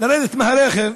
לרדת מהרכב